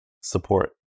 support